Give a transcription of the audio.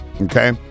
okay